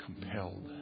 compelled